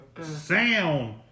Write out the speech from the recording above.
sound